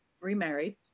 remarried